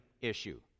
issue